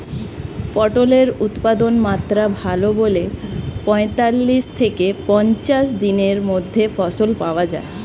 পটলের উৎপাদনমাত্রা ভালো বলে পঁয়তাল্লিশ থেকে পঞ্চাশ দিনের মধ্যে ফসল পাওয়া যায়